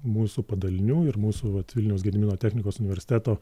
mūsų padalinių ir mūsų vat vilniaus gedimino technikos universiteto